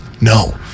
No